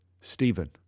Stephen